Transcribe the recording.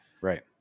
Right